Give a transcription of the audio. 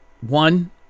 one